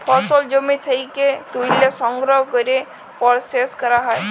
ফসল জমি থ্যাকে ত্যুলে সংগ্রহ ক্যরে পরসেস ক্যরা হ্যয়